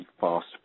fast